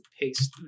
paste